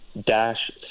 dash